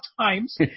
times